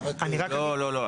לא, לא.